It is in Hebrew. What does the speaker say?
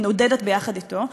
היא נודדת יחד אתו,